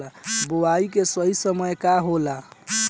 बुआई के सही समय का होला?